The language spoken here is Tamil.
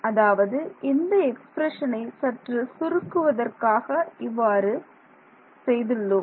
அதாவது இந்த எக்ஸ்பிரஷனை சற்று சுருக்குவதற்காக இவ்வாறு செய்துள்ளோம்